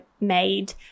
made